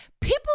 people